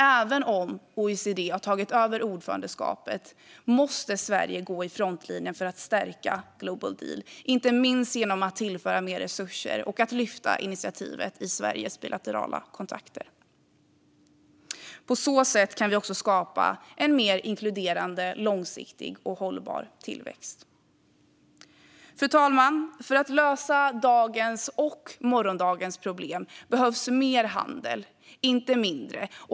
Även om OECD har tagit över ordförandeskapet måste Sverige gå i frontlinjen för att stärka Global Deal, inte minst genom att tillföra mer resurser och att lyfta initiativet i Sveriges bilaterala kontakter. På så sätt kan man skapa en mer inkluderande, långsiktig och hållbar tillväxt. Fru talman! För att lösa dagens och morgondagens problem behövs mer handel, inte mindre.